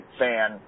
fan